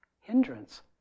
hindrance